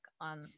on